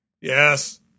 Yes